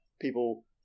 people